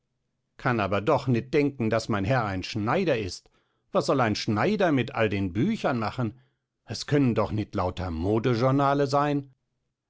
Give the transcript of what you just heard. kann aber doch nit denken daß mein herr ein schneider ist was sollt ein schneider mit all den büchern machen es können doch nit lauter modejournale sein